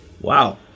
Wow